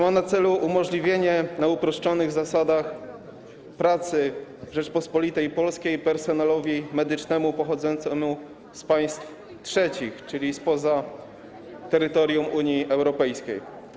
Ma to na celu umożliwienie, na uproszczonych zasadach, pracy w Rzeczypospolitej Polskiej personelowi medycznemu pochodzącemu z państw trzecich, czyli spoza terytorium Unii Europejskiej.